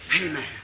Amen